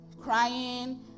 crying